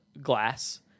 glass